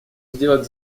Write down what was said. сделать